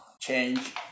change